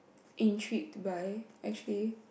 intrigued by actually